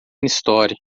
história